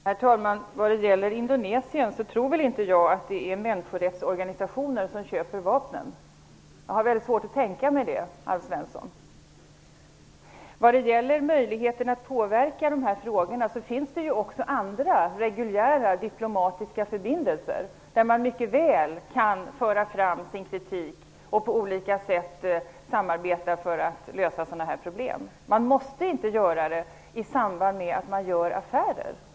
Herr talman! När det gäller Indonesien tror jag inte att det är människorättsorganisationer som köper vapnen. Jag har mycket svårt att tänka mig det, Alf När det gäller möjligheten att påverka de här frågorna finns det ju också andra reguljära diplomatiska förbindelser där man mycket väl kan föra fram sin kritik och samarbeta på olika sätt för att lösa dessa problem. Man måste inte göra det i samband med att man gör affärer.